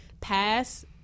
pass